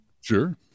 Sure